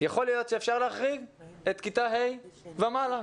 יכול להיות שאפשר להחריג את כיתות ה' ומטה.